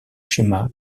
schéma